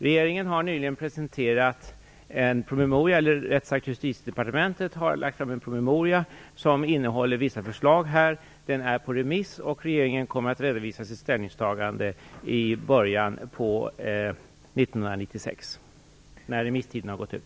Justitiedepartementet har nyligen lagt fram en promemoria som innehåller vissa förslag. Den är på remiss, och regeringen kommer att redovisa sitt ställningstagande i början på 1996, när remisstiden har gått ut.